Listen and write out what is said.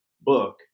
book